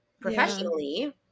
professionally